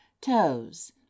Toes